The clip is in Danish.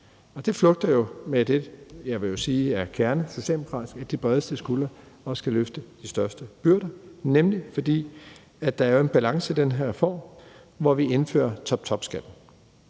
Det flugter jo med det, jeg vil sige er kernesocialdemokratisk, altså at de bredeste skuldre også skal løfte de største byrder, nemlig fordi der jo er en balance i den her reform, hvor vi indfører toptopskatten.